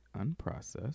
Unprocessed